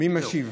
מי משיב?